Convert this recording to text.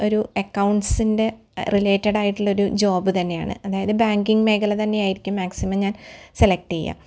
ഒരു എക്കൗണ്ട്സിന്റെ റിലേറ്റടായിട്ടുള്ളൊരു ജോബ് തന്നെയാണ് അതായത് ബാങ്കിങ് മേഖല തന്നെയായിരിക്കും മാക്സിമം ഞാന് സെലക്റ് ചെയ്യാം